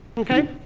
okay?